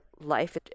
life